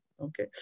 Okay